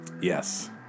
Yes